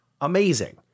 amazing